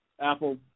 Apple